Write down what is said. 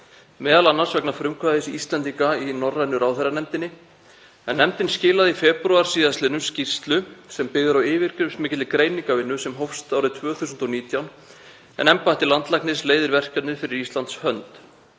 árum, m.a. vegna frumkvæðis Íslendinga í norrænu ráðherranefndinni. Nefndin skilaði í febrúar síðastliðnum skýrslu sem byggð er á yfirgripsmikilli greiningarvinnu sem hófst árið 2019, en embætti landlæknis leiðir verkefnið fyrir Íslands hönd.